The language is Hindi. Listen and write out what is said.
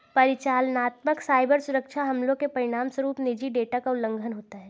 परिचालनात्मक साइबर सुरक्षा हमलों के परिणामस्वरूप निजी डेटा का उल्लंघन होता है